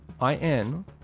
I-N